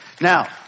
Now